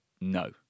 no